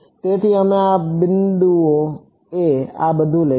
તેથી અમે આ બિંદુએ આ બધું લઈશું